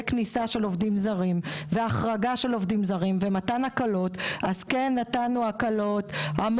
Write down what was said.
כניסה והחרגה של עובדים זרים ומתן הקלות נתנו המון